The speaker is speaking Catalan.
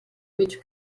mig